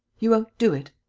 you won't do it.